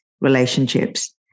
relationships